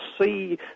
see